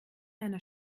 einer